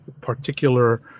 particular